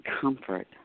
comfort